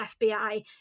FBI